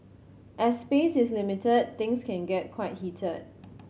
as space is limited things can get quite heated